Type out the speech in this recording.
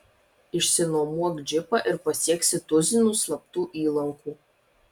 išsinuomok džipą ir pasieksi tuzinus slaptų įlankų